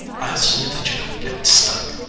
i'll see that you don't get stuck.